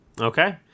okay